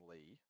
Lee